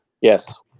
Yes